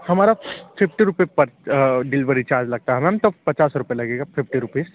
हमारा फिफटी रुपये पर डिलवरी चार्ज लगता है मैम तो पचास रुपया लगेगा फिफटी रुपीज़